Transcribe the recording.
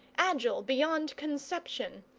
agile beyond conception,